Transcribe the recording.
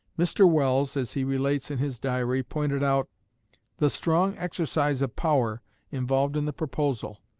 mr. welles, as he relates in his diary, pointed out the strong exercise of power involved in the proposal,